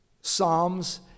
Psalms